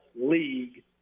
league